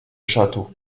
château